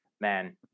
Man